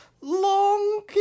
long